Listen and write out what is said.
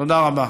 תודה רבה.